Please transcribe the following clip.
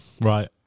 Right